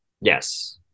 Yes